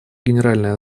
генеральная